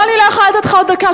לא, אני לא יכולה לתת לך עוד דקה.